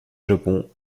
japon